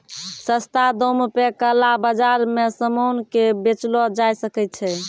सस्ता दाम पे काला बाजार मे सामान के बेचलो जाय सकै छै